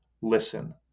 listen